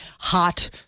hot